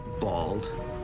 Bald